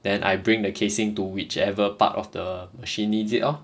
then I bring the casing to whichever part of the machine needs it lor